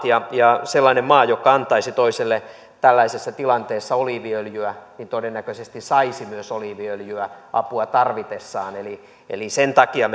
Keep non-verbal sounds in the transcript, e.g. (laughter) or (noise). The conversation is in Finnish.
(unintelligible) ja ja sellainen maa joka antaisi toiselle tällaisessa tilanteessa oliiviöljyä todennäköisesti myös saisi oliiviöljyä apua tarvitessaan sen takia (unintelligible)